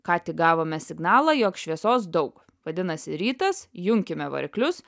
ką tik gavome signalą jog šviesos daug vadinasi rytas junkime variklius